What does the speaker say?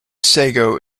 sago